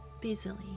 busily